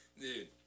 dude